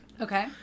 Okay